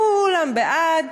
כולם בעד,